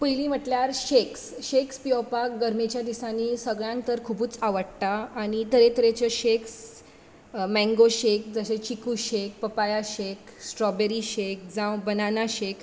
पयली म्हटल्यार shakes shakes पियोवपाक गर्मेच्या दिसांनी सगळ्यांक तर खुबूच आवडटा आनी तरे तरेचे शेक्स मँगो शेक जशे chikoo shake papaya shake strawberry shake जावं बनाना शेक